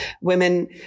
Women